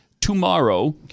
tomorrow